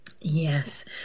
Yes